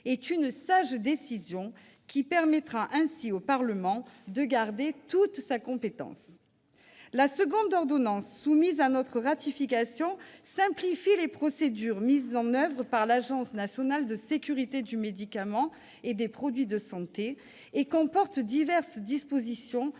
est une sage décision, qui permettra au Parlement de garder toute sa compétence. La seconde ordonnance soumise à ratification simplifie les procédures mises en oeuvre par l'Agence nationale de sécurité du médicament et des produits de santé, et comporte diverses dispositions